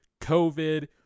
COVID